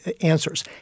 answers